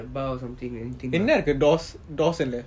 என்ன இருக்கு:enna iruku dawson ah